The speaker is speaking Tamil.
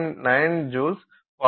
9 ஜூல் 0